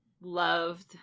loved